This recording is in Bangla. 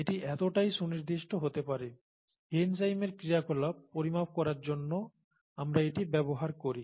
এটি এতটাই সুনির্দিষ্ট হতে পারে এনজাইমের ক্রিয়াকলাপ পরিমাপ করার জন্য আমরা এটি ব্যবহার করি